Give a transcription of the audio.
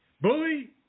Bully